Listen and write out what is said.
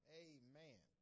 amen